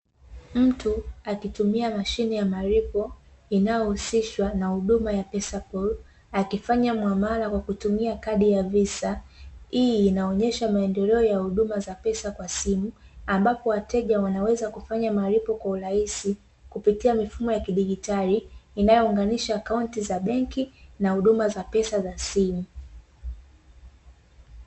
Mtu akitumia mashine ya malipo inayohusishwa na huduma ya "pesa pool" akifanya muamala kwa kutumia kadi ya visa. Hii inaonyesha maendeleo ya huduma za pesa kwa simu, ambapo wateja wanaweza kufanya malipo kwa urahisi kupitia mifumo ya kidijitali, inayounganisha akaunti za benki na huduma za pesa za simu.